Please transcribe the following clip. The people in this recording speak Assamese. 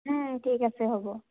ঠিক আছে হ'ব